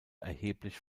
erheblich